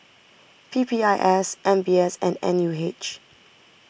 P P I S M B S and N U H